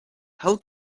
how